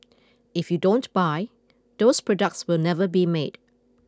if you don't buy those products will never be made